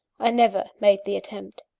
i never made the attempt.